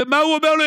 ומה הוא אומר לו?